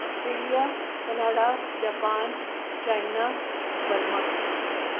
Australia Canada Japan China Burma